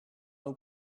nous